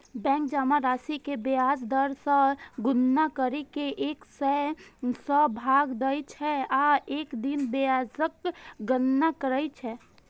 bank जमा राशि कें ब्याज दर सं गुना करि कें एक सय सं भाग दै छै आ एक दिन ब्याजक गणना करै छै